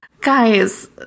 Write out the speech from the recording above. guys